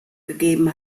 gegeben